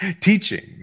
teaching